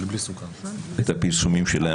את הפרסומים שלהם.